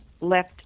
left